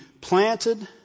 planted